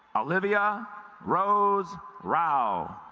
olivia rose rao